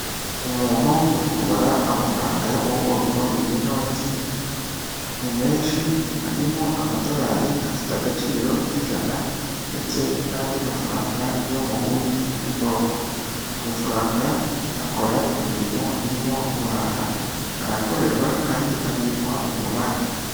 Umuntu uri kubara amafaranga yo mu bwoko bw'inoti, ni menshi harimo amadorari afite agaciro k'ijana ndetse n'andi mafaranga yo mu bundi bwoko. Amafaranga akora imirimo irimo guhaha, arakorerwa kandi abikwa mu mabanki.